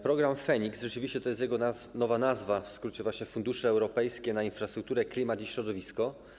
Program FEnIKS - rzeczywiście to jest jego nowa nazwa, w skrócie, chodzi właśnie o Fundusze Europejskie na Infrastrukturę, Klimat, Środowisko.